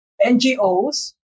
NGOs